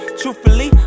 truthfully